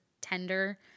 tender